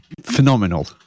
phenomenal